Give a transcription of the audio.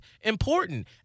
important